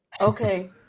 Okay